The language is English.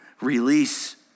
Release